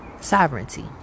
sovereignty